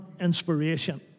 inspiration